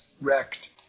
wrecked